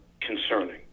concerning